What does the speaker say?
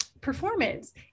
performance